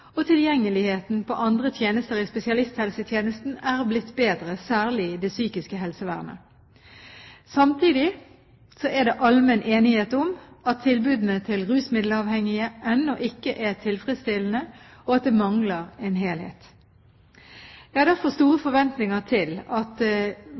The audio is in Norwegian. og tilgjengeligheten på andre tjenester i spesialisthelsetjenesten er blitt bedre, særlig det psykiske helsevernet. Samtidig er det allmenn enighet om at tilbudene til rusmiddelavhengige ennå ikke er tilfredsstillende, og at det mangler en helhet. Jeg har derfor store